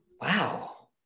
wow